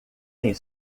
tem